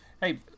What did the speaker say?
Hey